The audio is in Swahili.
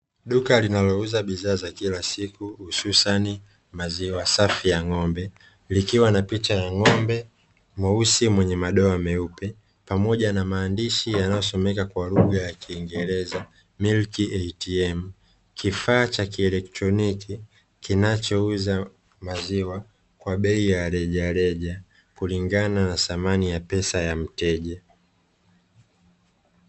Duka linalouza bidhaa za kila siku hususani maziwa safi ya ng'ombe likiwa na picha ya ng'ombe mweusi mwenye madoa meupe pamoja na maandishi yanayosomeka kwa lugha ya kingereza milk atm, kifaa cha kielektroniki kinachouza maziwa kwa bei ya rejareja kulingana na thamani ya pesa ya mteja.